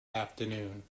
afternoon